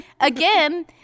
again